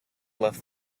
left